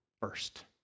first